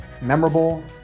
memorable